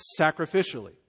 Sacrificially